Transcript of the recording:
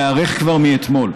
חייבת להיערך כבר מאתמול.